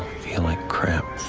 feel like this